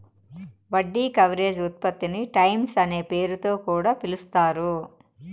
వడ్డీ కవరేజ్ ఉత్పత్తిని టైమ్స్ అనే పేరుతొ కూడా పిలుస్తారు